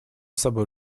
собой